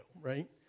Right